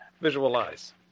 Visualize